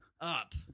up